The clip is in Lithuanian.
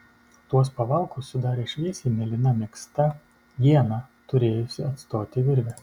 tuos pavalkus sudarė šviesiai mėlyna megzta ieną turėjusi atstoti virvė